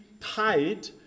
tied